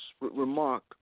remark